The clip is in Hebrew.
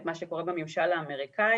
ואת מה שקורה בממשל האמריקאי.